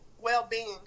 well-being